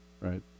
right